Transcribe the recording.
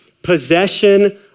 possession